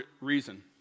reason